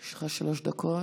יש לך שלוש דקות.